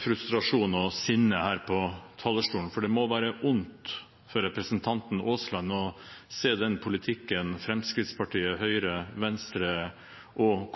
frustrasjon og sinne her på talerstolen. For det må være ondt for representanten Aasland å se den politikken som Fremskrittspartiet, Høyre, Venstre og Kristelig